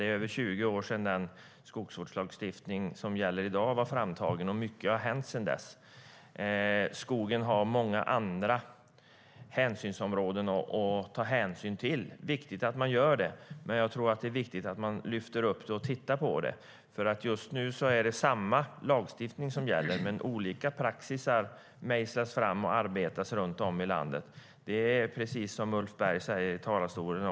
Det är över 20 år sedan den skogsvårdslagstiftning som gäller i dag togs fram, och mycket har hänt sedan dess. För skogen finns det många andra områden att ta hänsyn till, och det är viktigt att göra det. Men det är viktigt att man lyfter upp och tittar på det. Just nu är det samma lagstiftning som gäller, men olika praxis mejslas fram och arbetas med runt om i landet. Det är precis som Ulf Berg säger i talarstolen.